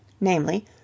namely